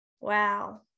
Wow